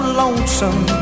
lonesome